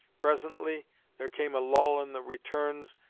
presently there came a lull in the returns,